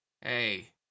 Hey